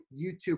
YouTube